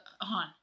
on